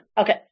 Okay